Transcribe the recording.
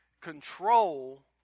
control